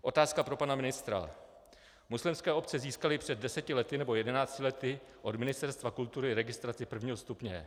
Otázka pro pana ministra: Muslimské obce získaly před deseti lety nebo jedenácti lety od Ministerstva kultury registraci prvního stupně.